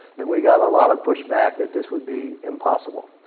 and we got a lot of push-back that this would be impossible.